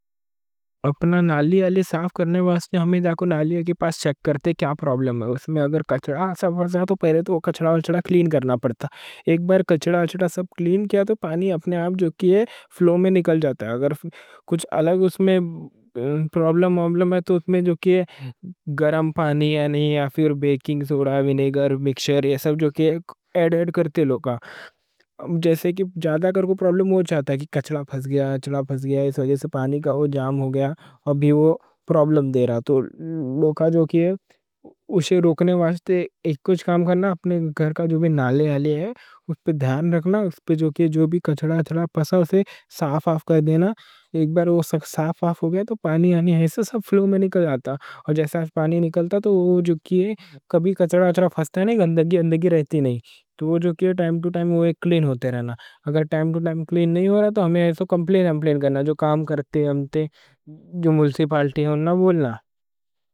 اپنا نالی آلے ساف کرنے واسطے ہم نالی کے پاس چیک کرتے کیا پرابلم ہے۔ اگر کچڑا فز گیا تو پہلے تو کچڑا کچڑا کلین کرنا پڑتا۔ ایک بار کچڑا کچڑا ساف کلین کیا تو پانی اپنے آپ فلو میں نکل جاتا۔ اگر کچھ الگ اُس میں پرابلم ہے تو اس میں جو کی ہے گرم پانی ہے نہیں یا پھر بیکنگ سوڈا، وینیگر مکسچر یہ سب جو کی ہے ایڈ ایڈ کرتے لوگا۔ جیسے جادہ کر کوئی پرابلم ہو چاہتا ہے، کچڑا فز گیا اس وجہ سے پانی کا جام ہو گیا، ابھی وہ پرابلم دے رہا تو لوگا جو کی ہے اسے روکنے واسطے ایک کچھ کام کرنا۔ اپنے گھر کا جو بھی نالے آلے ہے اس پر دھیان رکھنا، اس پر جو بھی کچڑا کچڑا پسا اسے ساف آف کر دینا۔ ایک بار وہ ساف آف ہو گیا تو پانی اپنے آپ سب فلو میں نکل جاتا۔ اور جیسے پانی نکلتا تو وہ جو کی ہے کبھی کچڑا کچڑا فزتا ہے، گندگی گندگی رہتی نہیں، تو وہ جو کی ہے ٹائم ٹو ٹائم وہے کلین ہوتے رہنا۔ اگر ٹائم ٹو ٹائم کلین نہیں ہو رہا تو ہمیں ایسو کمپلین کمپلین کرنا، جو کام کرتے ہمتے جو مل سے پالتے ہیں، انہوں نے بولنا۔